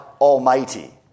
Almighty